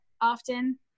often